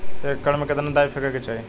एक एकड़ में कितना डाई फेके के चाही?